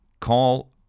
Call